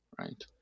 right